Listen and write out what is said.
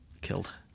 killed